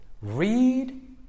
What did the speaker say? read